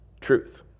truth